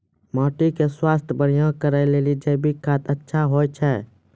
माटी के स्वास्थ्य बढ़िया करै ले जैविक खाद अच्छा होय छै?